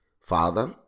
Father